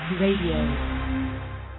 Radio